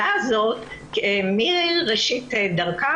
מראשית דרכו